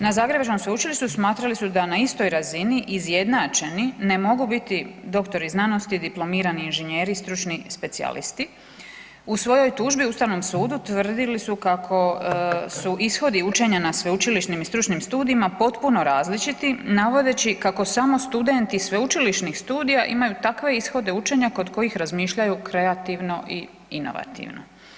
Na zagrebačkom sveučilištu smatrali su da na istoj razini izjednačeni ne mogu biti doktori znanosti, diplomirani inženjeri, stručni specijalisti, u svojoj tužbi Ustavnom sudu tvrdili su kako su ishodi učenja na sveučilišnim i stručnim studijima potpuno različiti navodeći kako samo studenti sveučilišnih studija imaju takve ishode učenja kod kojih razmišljaju kreativno i inovativno.